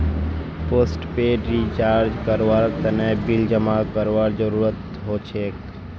postpaid recharge करवार तने bill जमा करवार जरूरत हछेक